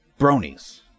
bronies